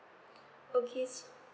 okay so